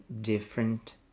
different